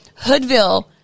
Hoodville